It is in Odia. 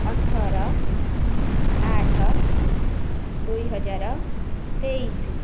ଅଠର ଆଠ ଦୁଇ ହଜାର ତେଇଶି